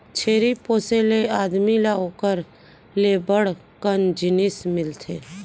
छेरी पोसे ले आदमी ल ओकर ले बड़ कन जिनिस मिलथे